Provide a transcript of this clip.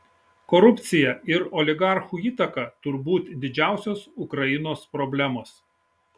korupcija ir oligarchų įtaka turbūt didžiausios ukrainos problemos